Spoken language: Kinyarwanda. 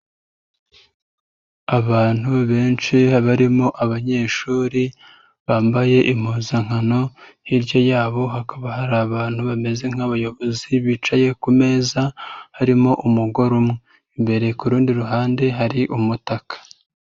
Abantu benshi barimo abanyeshuri bambaye impuzankano hirya yabo hakaba hari abantu bameze nk'abayobozi bicaye ku meza harimo umugore umwe, imbere ku rundi ruhande hari umutaka.